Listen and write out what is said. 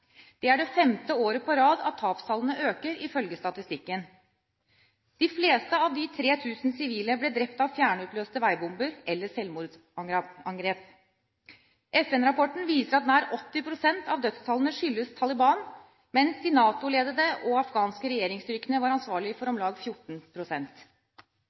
Det er det femte året på rad at tapstallene øker, ifølge statistikken. De fleste av de 3 000 sivile ble drept av fjernutløste veibomber eller selvmordsangrep. FN-rapporten viser at nær 80 pst. av dødsfallene skyldes Taliban, mens de NATO-ledede og afghanske regjeringsstyrkene var ansvarlig for